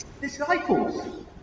Disciples